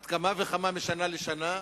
על אחת כמה וכמה משנה לשנה?